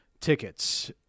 tickets